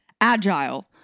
agile